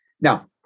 Now